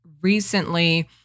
recently